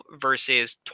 versus